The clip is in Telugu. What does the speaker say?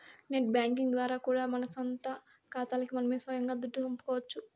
నెట్ బ్యేంకింగ్ ద్వారా కూడా మన సొంత కాతాలకి మనమే సొయంగా దుడ్డు పంపుకోవచ్చు